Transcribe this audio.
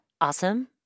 awesome